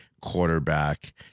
quarterback